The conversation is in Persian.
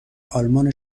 آلمان